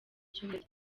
cyumweru